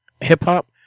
hip-hop